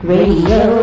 Radio